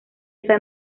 esa